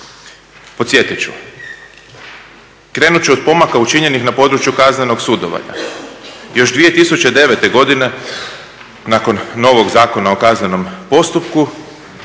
Podsjetit ću, krenut ću od pomaka učinjenih na području kaznenog sudovanja. Još 2009. godine nakon novog Zakona o kaznenom postupku